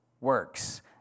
works